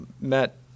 Met